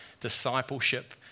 Discipleship